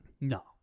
No